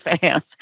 fans